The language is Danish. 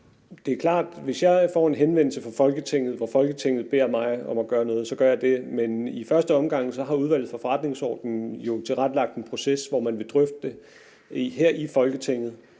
Det er klart, at hvis jeg får en henvendelse fra Folketinget, hvor Folketinget beder mig om at gøre noget, så gør jeg det. Men i første omgang har Udvalget for Forretningsordenen jo tilrettelagt en proces, hvor man vil drøfte det her i Folketinget,